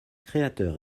créateur